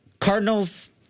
Cardinals